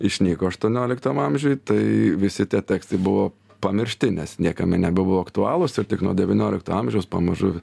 išnyko aštuonioliktam amžiuj tai visi tie tekstai buvo pamiršti nes niekam jie nebuvo aktualūs ir tik nuo devyniolikto amžiaus pamažu